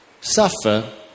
suffer